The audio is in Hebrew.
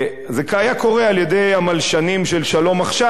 זה היה קורה על-ידי המלשנים של "שלום עכשיו",